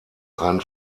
einen